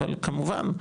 אבל כמובן,